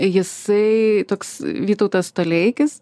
jisai toks vytautas toleikis